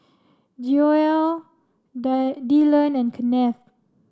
Joell Dyllan and Kenneth